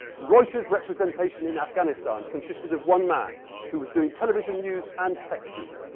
reuters' representation in afghanistan consisted of one man who was doing television news and text news.